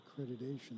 accreditation